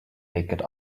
naked